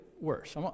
worse